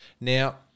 Now